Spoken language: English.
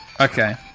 Okay